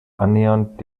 annähernd